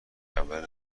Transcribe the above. اول